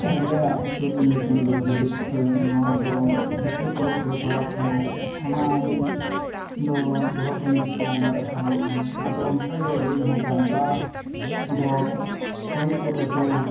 ᱟᱞᱮᱭᱟᱜ ᱟᱹᱛᱩ ᱫᱚ ᱧᱩᱛᱩᱢᱱ ᱫᱚ ᱦᱟᱺᱰᱤ ᱠᱩᱴᱟᱹ ᱱᱚᱣᱟ ᱫᱚ ᱵᱤᱥᱟᱹᱭ ᱵᱞᱚᱠ ᱨᱮ ᱯᱟᱲᱟᱣ ᱠᱟᱱᱟ ᱚᱱᱟ ᱫᱚ ᱞᱳᱦᱟ ᱠᱟᱹᱱᱤ ᱡᱤᱯᱤ ᱟᱱᱰᱟᱨ ᱨᱮ ᱛᱟᱦᱮᱱ ᱠᱟᱱᱟ ᱟᱫᱚ ᱚᱱᱠᱟᱜᱮ ᱟᱹᱞᱤᱧ ᱦᱚᱸ ᱡᱟᱢᱫᱟ ᱵᱞᱚᱠ ᱠᱚᱸᱭᱮᱧᱯᱩᱨ ᱟᱹᱛᱩ